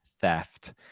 theft